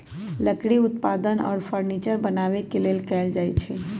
लकड़ी उत्पादन घर आऽ फर्नीचर बनाबे के लेल कएल जाइ छइ